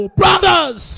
brothers